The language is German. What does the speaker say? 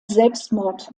selbstmord